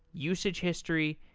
usage history,